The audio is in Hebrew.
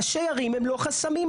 ראשי ערים הם לא חסמים,